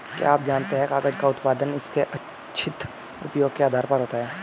क्या आप जानते है कागज़ का उत्पादन उसके इच्छित उपयोग के आधार पर होता है?